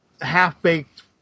half-baked